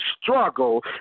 struggle